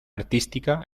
artística